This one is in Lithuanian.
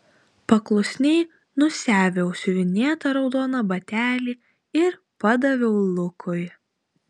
paklusniai nusiaviau siuvinėtą raudoną batelį ir padaviau lukui